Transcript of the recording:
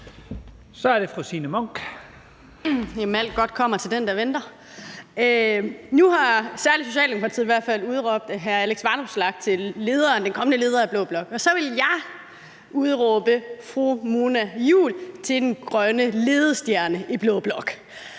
Så er det fru Signe Munk,